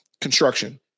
construction